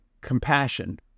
compassion